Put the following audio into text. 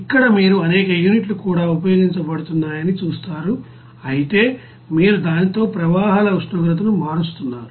ఇక్కడ మీరు అనేక యూనిట్లు కూడా ఉపయోగించబడుతున్నాయని చూస్తారు అయితే మీరు దానితో ప్రవాహాల ఉష్ణోగ్రతను మారుస్తున్నారు